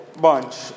bunch